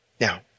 Now